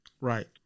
right